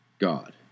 God